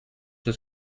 his